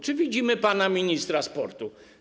Czy widzimy pana ministra sportu?